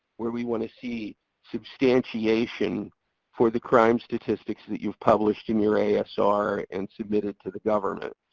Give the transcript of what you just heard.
where we want to see substantiation for the crime statistics that you've published in your asr and submitted to the government.